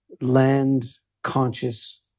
land-conscious